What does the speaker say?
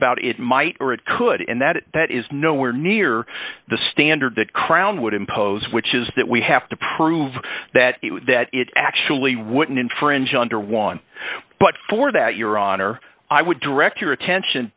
about it might or it could and that that is nowhere near the standard that crown would impose which is that we have to prove that that it actually wouldn't infringe under one but for that your honor i would direct your attention